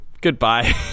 goodbye